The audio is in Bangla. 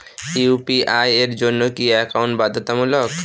ইউ.পি.আই এর জন্য কি একাউন্ট বাধ্যতামূলক?